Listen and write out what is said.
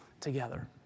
together